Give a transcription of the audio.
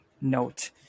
note